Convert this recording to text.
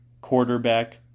quarterback